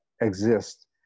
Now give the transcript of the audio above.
exist